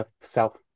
self